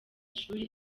ishuri